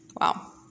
Wow